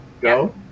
Go